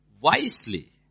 wisely